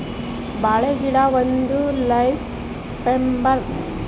ಬಾಳೆ ಗಿಡ ಒಂದು ಲೀಫ್ ಫೈಬರ್